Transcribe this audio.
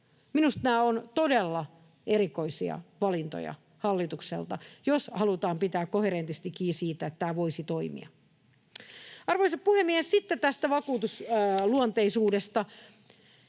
Minusta nämä ovat todella erikoisia valintoja hallitukselta, jos halutaan pitää koherentisti kiinni siitä, että tämä voisi toimia. Arvoisa puhemies! Sitten tästä vakuutusluonteisuudesta: